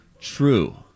true